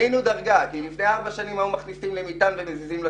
כי לפני ארבע שנים היו מכניסים למטען ומזיזים לשטחים.